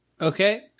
Okay